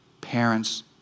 parents